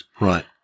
Right